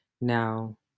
Now